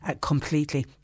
completely